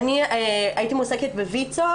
אני הייתי מועסקת בויצ"ו.